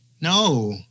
no